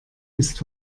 ist